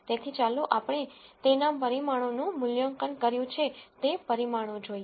તેથી ચાલો આપણે તેમના પરિમાણોનું મૂલ્યાંકન કર્યું છે તે પરિમાણો જોઈએ